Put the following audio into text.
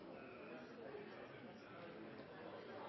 Det er